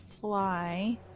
fly